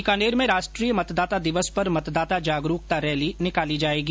बीकानेर में राष्ट्रीय मतदाता दिवस पर मतदाता जागरुकता रैली निकाली जायेगी